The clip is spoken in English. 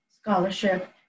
scholarship